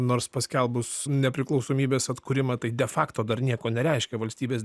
nors paskelbus nepriklausomybės atkūrimą tai de fakto dar nieko nereiškia valstybės